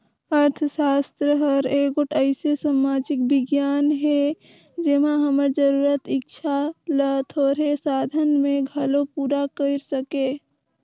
अर्थसास्त्र हर एगोट अइसे समाजिक बिग्यान हे जेम्हां हमर जरूरत, इक्छा ल थोरहें साधन में घलो पूरा कइर सके